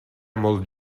molt